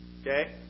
Okay